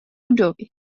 budovy